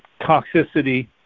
toxicity